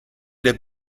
der